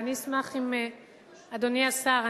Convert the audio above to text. אדוני השר,